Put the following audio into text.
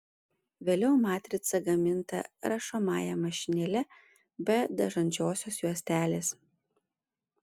vėliau matrica gaminta rašomąja mašinėle be dažančiosios juostelės